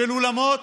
של אולמות,